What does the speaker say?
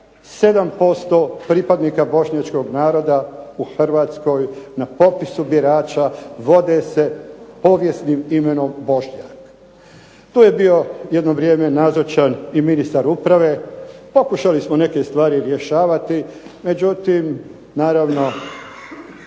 7% pripadnika bošnjačkog naroda u Hrvatskoj na popisu birača vode se povijesnim imenom Bošnjak. Tu je bio jedno vrijeme nazočan i ministar uprave, pokušali smo neke stvari rješavati, međutim naravno